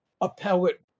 appellate